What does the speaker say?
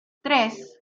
tres